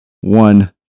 one